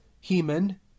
Heman